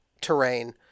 terrain